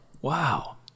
Wow